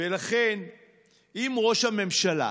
ולכן אם ראש הממשלה